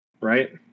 Right